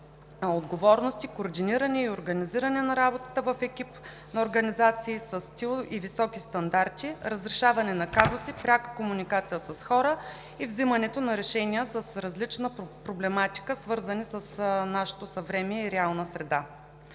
отговорности, координиране и организиране на работата в екип на организации със стил и високи стандарти, разрешаване на казуси, пряка комуникация с хора и взимането на решения с различна проблематика, свързани с нашето съвремие и реална среда.